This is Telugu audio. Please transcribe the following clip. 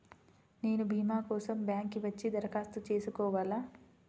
నేను భీమా కోసం బ్యాంక్కి వచ్చి దరఖాస్తు చేసుకోవాలా?